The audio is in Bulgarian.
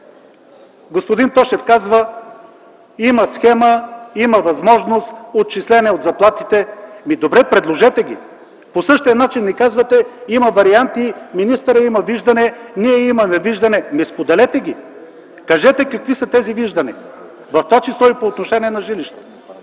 Господин Тошев казва: има схема, има възможност, отчисления от заплатите. Добре, предложете ги. По същия начин ни казвате: има варианти, министърът има виждане, ние имаме виждане. Ами споделете ги! Кажете какви са тези виждания, в това число и по отношение на жилищата.